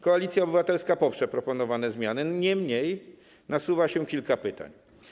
Koalicja Obywatelska poprze proponowane zmiany, niemniej nasuwa się kilka pytań.